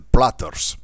Platters